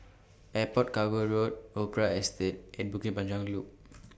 Airport Cargo Road Opera Estate and Bukit Panjang Loop